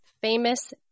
famous